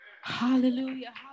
Hallelujah